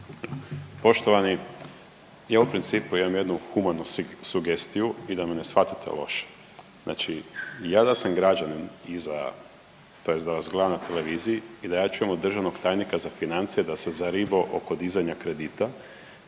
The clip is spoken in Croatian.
Poštovani, ja u principu imam jednu humanu sugestiju i da me ne shvatite loše. Znači ja da sam građanin iza tj. da vas gledam na televiziji i da ja čujem od državnog tajnika za financije da se zaribao oko dizanja kredita